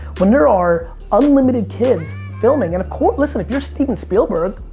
when there are unlimited kids filming, and listen, if you're steven spielberg,